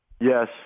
Yes